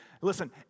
listen